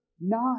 nine